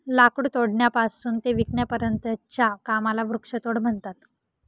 लाकूड तोडण्यापासून ते विकण्यापर्यंतच्या कामाला वृक्षतोड म्हणतात